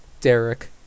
Derek